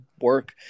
work